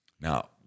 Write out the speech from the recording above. Now